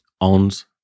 owns